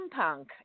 steampunk